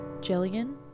Jillian